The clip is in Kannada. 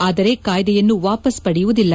ಆದರೆ ಕಾಯ್ದೆಯನ್ನು ವಾಪಸ್ ಪಡೆಯುವುದಿಲ್ಲ